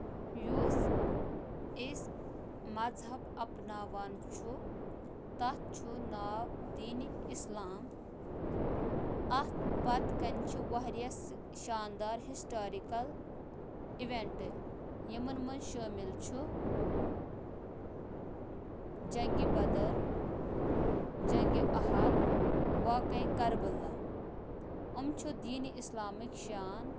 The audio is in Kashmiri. یُس أسۍ مَزہب اَپناوان چھُ تَتھ چھُ ناو دیٖنی اِسلام اَتھ پَتہٕ کَنۍ چھُ واریاہ شاندر ہِسٹورِکل اِوینٹہٕ یِمن منٛز شٲمِل چھُ جنگہِ بَدٕر جنگہِ اَحد واقعے کَربلہہ یِم چھِ دیٖنی اَسلامٕکۍ شان